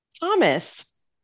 Thomas